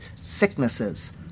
sicknesses